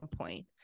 point